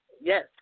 Yes